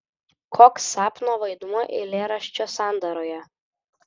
koks sapno vaidmuo eilėraščio sandaroje